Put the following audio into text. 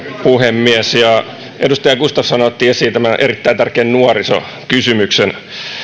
puhemies edustaja gustafsson otti esiin tämän erittäin tärkeän nuorisokysymyksen